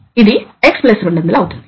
ఇది analogue command గా మార్చబడుతుంది